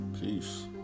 Peace